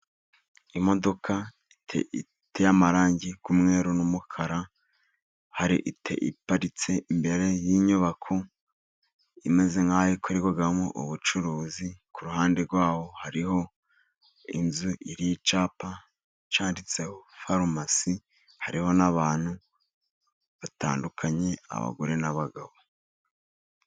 Imodoka iteye amarangi y'umweru n'umukara. Hari imodoka iparitse imbere y'inyubako imeze nkaho ikorerirwamo ubucuruzi. Ku ruhande rwawo hariho inzu iriho icyapa cyanditseho farumasi, hariho n'abantu batandukanye abagore n'abagabo.